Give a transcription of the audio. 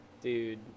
Dude